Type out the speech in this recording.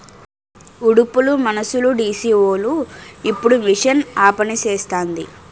ఉడుపులు మనుసులుడీసీవోలు ఇప్పుడు మిషన్ ఆపనిసేస్తాంది